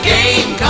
Game